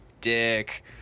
Dick